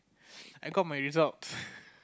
I got my results